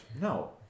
no